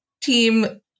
team